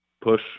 push